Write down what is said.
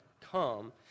come